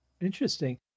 interesting